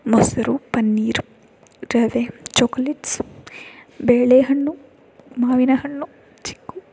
ಮೊಸರು ಪನ್ನೀರು ರವೆ ಚೊಕೊಲೇಟ್ಸ್ ಬಾಳೆಹಣ್ಣು ಮಾವಿನಹಣ್ಣು ಚಿಕ್ಕು